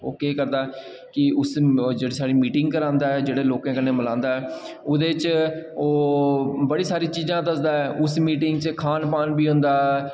ओह् केह् करदा ऐ ओह् जेह्ड़ी साढ़ी मिटिंग करांदा ऐ जेह्ड़े लोकें कन्नै मलांदा ऐ ते ओह् उस च बड़ी सारी चीज़ां दसदा ऐ इस मिटिंग च खान पान बी होंदा ऐ